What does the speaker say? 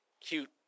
cute